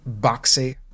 boxy